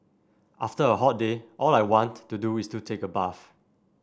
after a hot day all I want to do is to take a bath